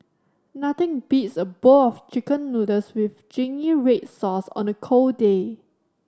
nothing beats a bowl of Chicken Noodles with zingy red sauce on a cold day